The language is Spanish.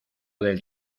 del